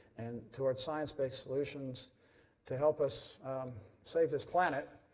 and toward science-based solutions to help us save this planet.